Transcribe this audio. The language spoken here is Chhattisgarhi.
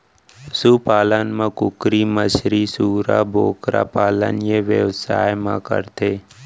सु पालन म कुकरी, मछरी, सूरा, बोकरा पालन ए बेवसाय म करथे